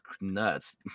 nuts